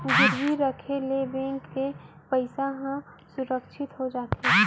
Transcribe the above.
गिरवी राखे ले बेंक के पइसा ह सुरक्छित हो जाथे